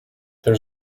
there